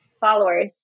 followers